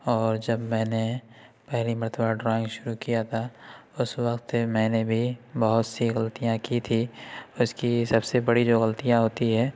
اور جب میں نے پہلی مرتبہ ڈرائنگ شروع کیا تھا اس وقت میں نے بھی بہت سی غلطیاں کی تھیں اس کی سب سے بڑی جو غلطیاں ہوتی ہیں